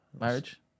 Marriage